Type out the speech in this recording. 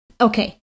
Okay